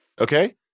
Okay